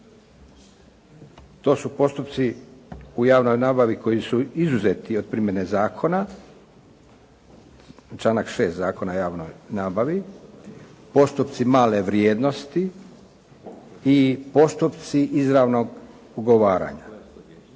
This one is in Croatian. To su postupci u javnoj nabavi koji su izuzeti od primjene zakona, članak 6. Zakona o javnoj nabavi. Postupci male vrijednosti i postupci izravnog ugovaranja.